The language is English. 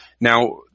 Now